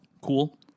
Cool